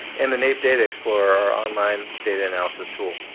and the naep data explorer, our online data analysis tool.